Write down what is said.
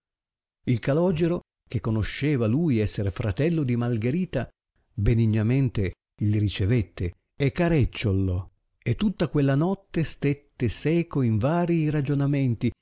il calogero che conosceva lui esser fratello di malgherita benignamente il ricevette e carecciouo e tutta quella notte stette seco in varii ragionamenti